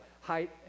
height